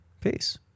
peace